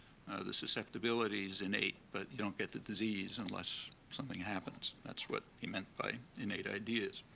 the susceptibility's innate, but you don't get the disease unless something happens. that's what he meant by innate ideas.